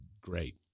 great